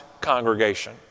congregation